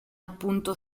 appunto